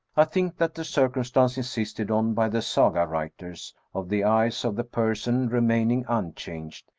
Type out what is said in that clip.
i think that the circumstance insisted on by the saga-writers, of the eyes of the person remaining un changed,